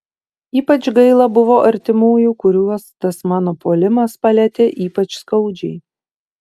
ypač gaila buvo artimųjų kuriuos tas mano puolimas palietė ypač skaudžiai